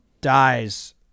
dies